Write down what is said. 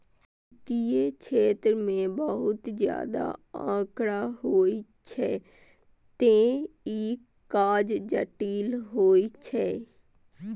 वित्तीय क्षेत्र मे बहुत ज्यादा आंकड़ा होइ छै, तें ई काज जटिल होइ छै